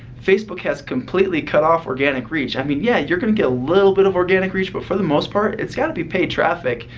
facebook has completely cut off organic reach. i mean, yeah, you're going to get a little bit of organic reach but for the most part, it's got to be paid traffic.